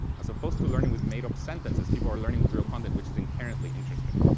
as opposed to learning with made-up sentences people are learning with real content, which is inherently interesting.